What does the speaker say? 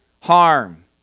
harm